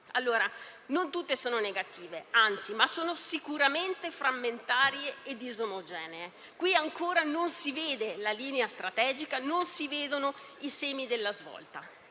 Non tutte sono negative, anzi, ma sono sicuramente frammentarie e disomogenee; qui ancora non si vede la linea strategica e i semi della svolta.